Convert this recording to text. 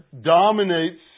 dominates